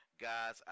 guys